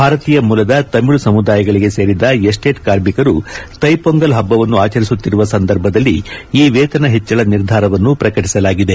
ಭಾರತೀಯ ಮೂಲದ ತಮಿಳು ಸಮುದಾಯಗಳಿಗೆ ಸೇರಿದ ಎಸ್ಟೇಟ್ ಕಾರ್ಮಿಕರು ತೈಪೊಂಗಲ್ ಹಬ್ಬವನ್ನು ಆಚರಿಸುತ್ತಿರುವ ಸಂದರ್ಭದಲ್ಲಿ ಈ ವೇತನ ಹೆಚ್ಚಳ ನಿರ್ಧಾರವನ್ನು ಪ್ರಕಟಿಸಲಾಗಿದೆ